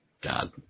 God